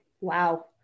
Wow